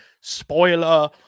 spoiler